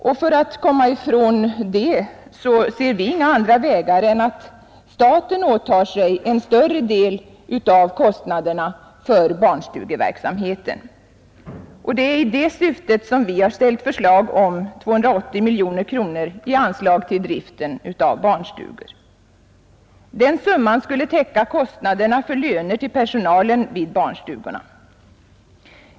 Och för att komma ifrån det ser vi inga andra vägar än att staten tar på sig en större del av kostnaderna för barnstugeverksamheten. Det är i det syftet vi har ställt förslag om 280 miljoner kronor i anslag till driften av barnstugor. Den summan skulle täcka kostnaderna för löner till personalen vid barnstugorna.